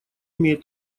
имеет